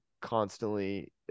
constantly